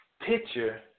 picture